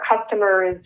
customers